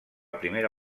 primera